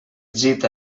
gita